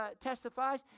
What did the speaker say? testifies